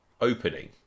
opening